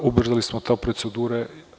Ubrzali smo procedure.